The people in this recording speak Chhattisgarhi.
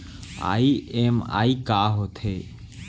ई.एम.आई का होथे?